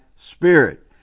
spirit